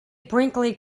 brinkley